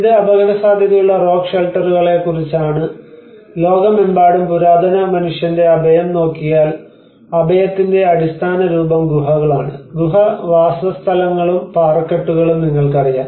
ഇത് അപകടസാധ്യതയുള്ള റോക്ക് ഷെൽട്ടറുകളെക്കുറിച്ചാണ് ലോകമെമ്പാടും പുരാതന മനുഷ്യന്റെ അഭയം നോക്കിയാൽ അഭയത്തിന്റെ അടിസ്ഥാന രൂപം ഗുഹകളാണ് ഗുഹ വാസസ്ഥലങ്ങളും പാറക്കെട്ടുകളും നിങ്ങൾക്കറിയാം